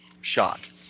shot